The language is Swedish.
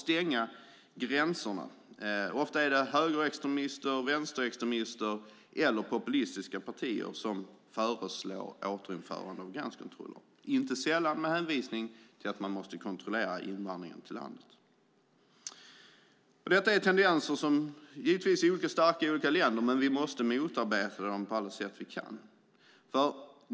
Det är ofta högerextremister, vänsterextremister eller populistiska partier som föreslår ett återinförande av gränskontroller, inte sällan med hänvisning till att man måste kontrollera invandringen till landet. Detta är tendenser som givetvis är olika starka i olika länder, men vi måste motarbeta dem på alla sätt vi kan.